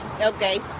Okay